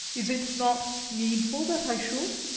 is it not needful that i should?